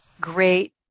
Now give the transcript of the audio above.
great